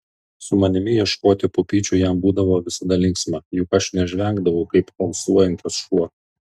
su manimi ieškoti pupyčių jam būdavo visada linksma juk aš nežvengdavau kaip alsuojantis šuo